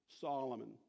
Solomon